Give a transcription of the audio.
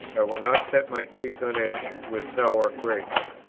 will not set my teeth on edge with sour grapes.